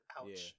Ouch